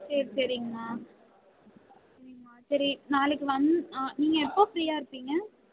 சரி சரிங்மா சரிங்மா சரி நாளைக்கு வந்து ஆ நீங்கள் எப்போது ஃபிரீயாக இருப்பீங்க